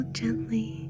gently